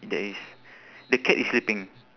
there is the cat is sleeping